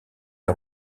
les